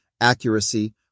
accuracy